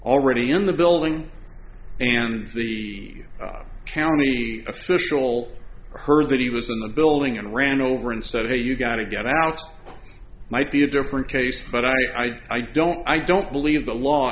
already in the building and the county official heard that he was in the building and ran over and said hey you gotta get out might be a different case but i i don't i don't believe the law